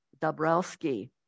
Dabrowski